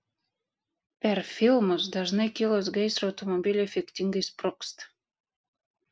per filmus dažnai kilus gaisrui automobiliai efektingai sprogsta